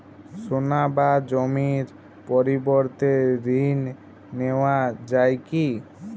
সোনা বা জমির পরিবর্তে ঋণ নেওয়া যায় কী?